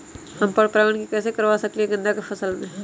हम पर पारगन कैसे करवा सकली ह गेंदा के फसल में?